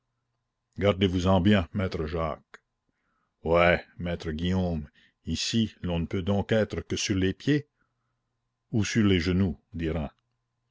gardez-vous-en bien maître jacques ouais maître guillaume ici l'on ne peut donc être que sur les pieds ou sur les genoux